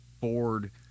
Ford